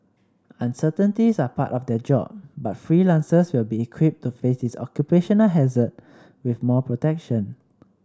uncertainties are part of their job but freelancers will be equipped to face this occupational hazard with more protection